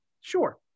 Sure